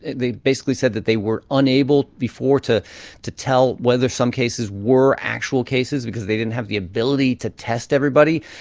they basically said that they were unable before to to tell whether some cases were actual cases because they didn't have the ability to test everybody.